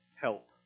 help